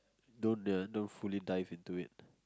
don't the don't fully dive into it